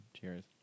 Cheers